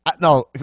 no